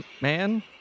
man